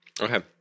Okay